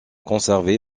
conservé